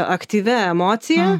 aktyvia emocija